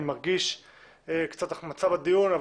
אני מרגיש קצת החמצה בדיון,